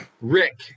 Rick